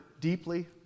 deeply